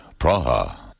Praha